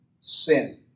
sin